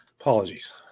apologies